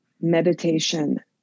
meditation